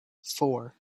four